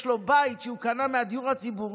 יש לו בית שהוא קנה מהדיור הציבורי,